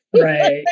Right